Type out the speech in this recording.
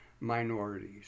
minorities